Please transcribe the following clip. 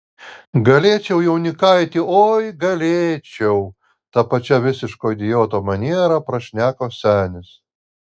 galėčiau jaunikaiti oi galėčiau ta pačia visiško idioto maniera prašneko senis